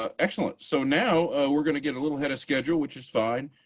ah excellent. so now we're going to get a little ahead of schedule, which is fine.